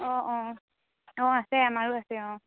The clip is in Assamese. অঁ অঁ অঁ আছে আমাৰো আছে অঁ